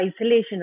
isolation